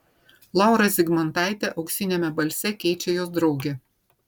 laurą zigmantaitę auksiniame balse keičia jos draugė